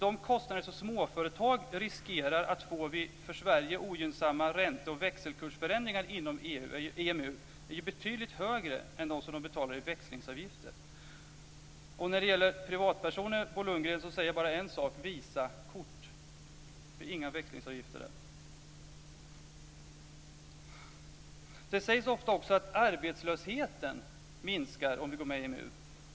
De kostnader som småföretag riskerar att få vid för Sverige ogynnsamma ränte och växelkursförändringar inom EMU är ju betydligt högre än de som de betalar i växlingsavgifter. Och när det gäller privatpersoner, Bo Lundgren, säger jag bara en sak: VISA-kort. Har man det blir det inga växlingsavgifter. Det sägs också ofta att arbetslösheten minskar om vi går med i EMU.